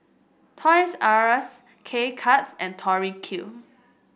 Toys R Us K Cuts and Tori Q